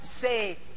say